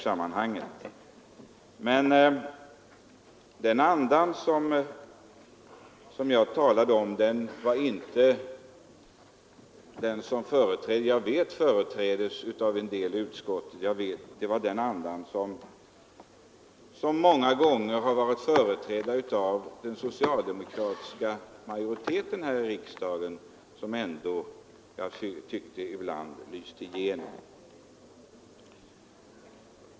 Den anda som jag ansåg här lyste igenom är den som under många år har företrätts av den socialdemokratiska majoriteten här i riksdagen. Men jag vet att många av utskottets ledamöter har en annan syn.